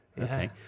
okay